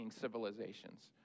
Civilizations